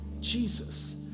Jesus